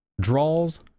draws